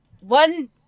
one